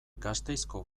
gasteizko